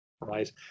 Right